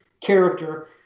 character